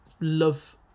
Love